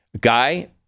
guy